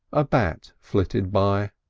a bat flitted by.